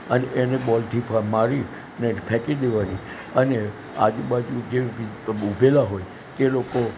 અને એને બોલથી મારી અને ફેંકી દેવાની અને આજુબાજુ જે ઉભેલા હોય એ લોકો